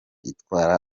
itwara